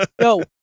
no